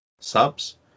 subs